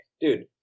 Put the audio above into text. dude